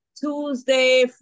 Tuesday